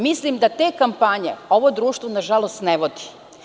Mislim da te kampanje ovo društvo nažalost ne vodi.